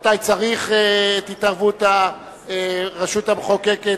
מתי צריך את התערבות הרשות המחוקקת